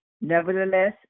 nevertheless